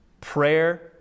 Prayer